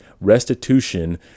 restitution